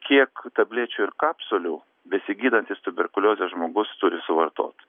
kiek tablečių ir kapsulių besigydantis tuberkuliozę žmogus turi suvartot